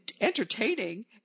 entertaining